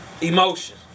emotion